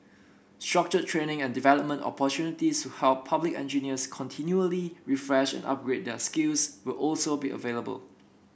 structured training and development opportunities to help public engineers continually refresh and upgrade their skills will also be available